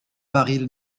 baril